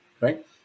right